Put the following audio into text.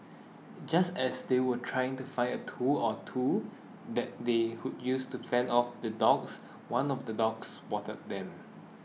just as they were trying to find a tool or two that they could use to fend off the dogs one of the dogs spotted them